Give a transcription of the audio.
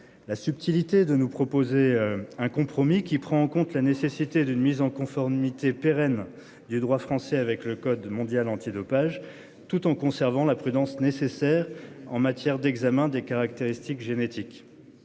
la subtilité de nous proposer un compromis qui prend en compte la nécessité d'une mise en conformité pérenne du droit français avec le code mondial antidopage tout en conservant la prudence nécessaire en matière d'examens des caractéristiques génétiques.